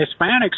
Hispanics